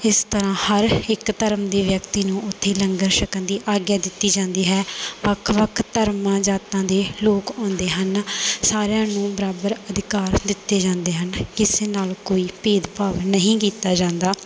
ਇਸ ਤਰ੍ਹਾਂ ਹਰ ਇੱਕ ਧਰਮ ਦੇ ਵਿਅਕਤੀ ਨੂੰ ਉੱਥੇ ਲੰਗਰ ਛਕਣ ਦੀ ਆਗਿਆ ਦਿੱਤੀ ਜਾਂਦੀ ਹੈ ਵੱਖ ਵੱਖ ਧਰਮਾਂ ਜਾਤਾਂ ਦੇ ਲੋਕ ਆਉਂਦੇ ਹਨ ਸਾਰਿਆਂ ਨੂੰ ਬਰਾਬਰ ਅਧਿਕਾਰ ਦਿੱਤੇ ਜਾਂਦੇ ਹਨ ਕਿਸੇ ਨਾਲ ਕੋਈ ਭੇਦਭਾਵ ਨਹੀਂ ਕੀਤਾ ਜਾਂਦਾ